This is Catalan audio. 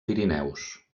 pirineus